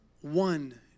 one